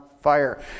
fire